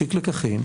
להפיק לקחים,